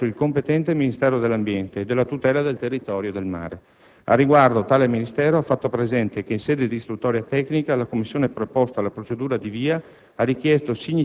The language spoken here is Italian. realizzata presso il competente Ministero dell'ambiente e della tutela del territorio e del mare. Al riguardo, tale Ministero ha fatto presente che, in sede di istruttoria tecnica, la Commissione preposta alla procedura di